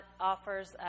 offers